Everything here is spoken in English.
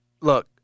look